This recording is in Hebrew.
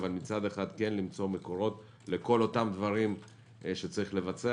ומצד שני למצוא מקורות לכל אותם דברים שצריך לבצע.